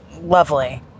lovely